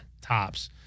tops